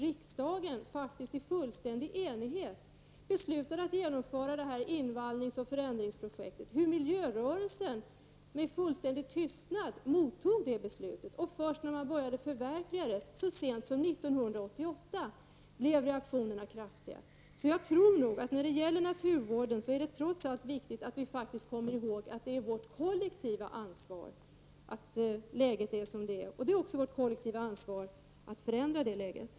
Riksdagen beslöt faktiskt i fullständig enighet att genomföra detta invallningsoch förändringsprojekt. Miljörörelsen mottog beslutet under fullständig tystnad. Först när det började genomföras, så sent som 1988, blev reaktionerna kraftiga. Vad gäller naturvården är det trots allt viktigt att komma ihåg att det är vårt kollektiva ansvar att läget är som det är. Det är också vårt kollektiva ansvar att se till att det förändras.